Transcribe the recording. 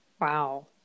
Wow